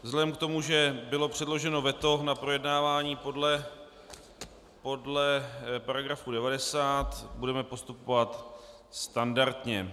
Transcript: Vzhledem k tomu, že bylo předloženo veto na projednávání podle § 90, budeme postupovat standardně.